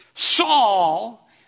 Saul